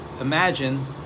imagine